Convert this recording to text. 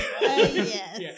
Yes